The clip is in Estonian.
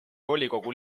volikogu